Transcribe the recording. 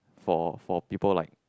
for for people like